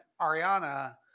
Ariana